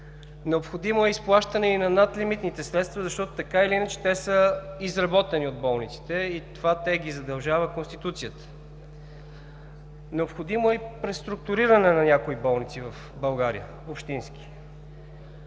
Необходимо е изплащане и на надлимитните средства, защото, така или иначе, те са изработени от болниците и това ги задължава Конституцията. Необходимо е и преструктуриране на някои общински болници в България.